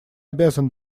обязан